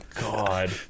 God